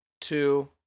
two